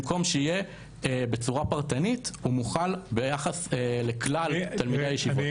במקום שיהיה בצורה פרטנית הוא מוחל ביחס לכלל תלמידי הישיבות.